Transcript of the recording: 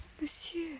Monsieur